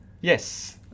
yes